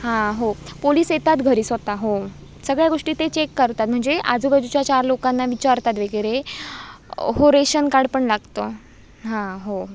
हां हो पोलिस येतात घरी स्वतः हो सगळ्या गोष्टी ते चेक करतात म्हणजे आजूबाजूच्या चार लोकांना विचारतात वगैरे हो रेशन कार्ड पण लागतं हां हो